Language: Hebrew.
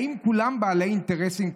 האם כולם בעלי אינטרסים,